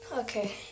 Okay